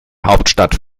hauptstadt